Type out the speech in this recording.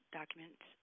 Documents